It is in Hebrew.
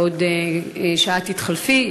בעוד שעה תתחלפי,